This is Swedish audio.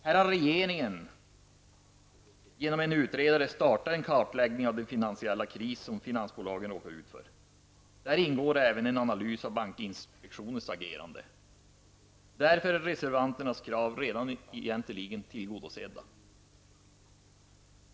Här har regeringen genom en utredare startat en kartläggning av den finansiella kris som finansbolagen råkat ut för. Där ingår även en analys över bankinspektionens agerande. Därför är reservanternas krav redan tillgodosedda.